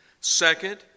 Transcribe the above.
second